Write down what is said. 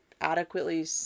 adequately